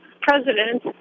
president